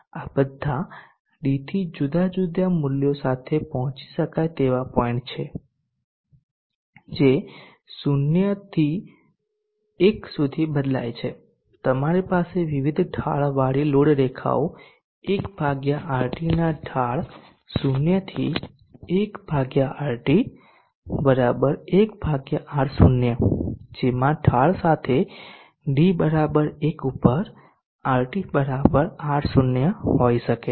આ બધા d થી જુદા જુદા મૂલ્યો સાથેના પહોંચી શકાય તેવા પોઈન્ટ છે જે 0 થી 1 સુધી બદલાય છે તમારી પાસે વિવિધ ઢાળ વાળી લોડ રેખાઓ 1 RT ના ઢાળ 0 થી 1 RT 1R0 જેમાં ઢાળ સાથે d 1 પર RT R0 હોઈ શકે છે